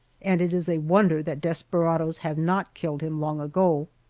and it is a wonder that desperadoes have not killed him long ago.